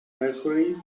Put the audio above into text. mercury